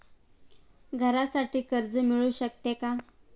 घरासाठी कर्ज मिळू शकते का?